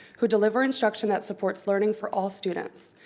who deliver instruction that supports learning for all students.